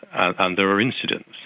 um there are incidents.